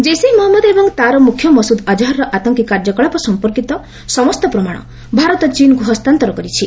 ଜୈସେ ମହମ୍ମଦ ଏବଂ ତା'ର ମୁଖ୍ୟ ମସୁଦ୍ ଅକ୍ହରର ଆତଙ୍କୀ କାର୍ଯ୍ୟକଳାପ ସମ୍ପର୍କିତ ସମସ୍ତ ପ୍ରମାଣ ଭାରତ ଚୀନ୍କୁ ହସ୍ତାନ୍ତର କରିଛି